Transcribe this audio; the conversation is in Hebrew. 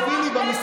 את הנזק אתם גרמתם,